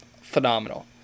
phenomenal